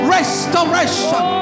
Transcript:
Restoration